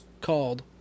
called